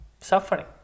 suffering